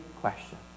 question